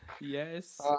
yes